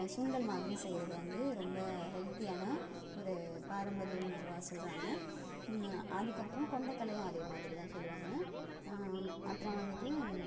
சுண்டல் மாதிரி செய்கிறது வந்து ரொம்ப ஹெல்தியான ஒரு பாரம்பரிய உணவாக சொல்கிறாங்க அதுக்கப்புறம் கொண்டக்கடலையும் அதே மாதிரி தான் சொல்லுவாங்க அப்புறம் வந்துட்டு